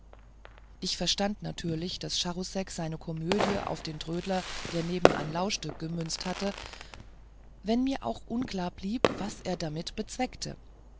ich verstand natürlich daß charousek seine komödie auf den trödler der nebenan lauschte gemünzt hatte wenn mir auch unklar blieb was er damit bezweckte